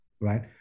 right